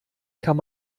kann